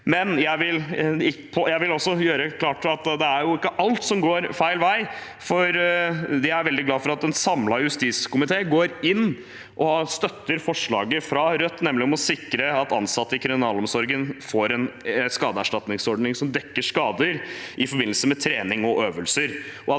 Jeg vil også gjøre klart at det er ikke alt som går feil vei. Jeg er veldig glad for at en samlet justiskomité fremmer og støtter forslaget fra Rødt om å sikre at ansatte i kriminalomsorgen får en yrkesskadeerstatningsordning som dekker skader i forbindelse med trening og øvelser,